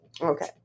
Okay